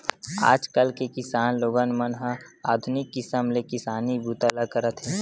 आजकाल के किसान लोगन मन ह आधुनिक किसम ले किसानी बूता ल करत हे